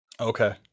Okay